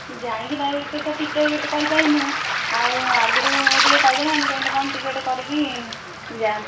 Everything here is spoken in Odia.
ଯାଇକି ଡାଇରେକ୍ଟ ତ ଟିକେଟ୍ କରିପାରିବୁନି ଆଉ ଆଗରୁ ଟିକେ କହିଦେଲେ ଆମେ କେମିତି କ'ଣ ଟିକେଟ୍ କରିକି ଯାଆନ୍ତୁ